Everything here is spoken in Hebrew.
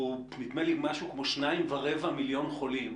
שהוא נדמה לי משהו כמו שניים ורבע מיליון חולים